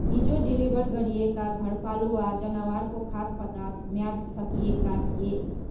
हिजो डेलिभर गरिएका घरपालुवा जनावरका खाद पदार्थ म्याद सकिएका थिए